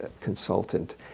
consultant